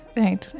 right